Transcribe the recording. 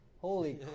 Holy